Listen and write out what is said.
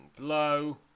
blow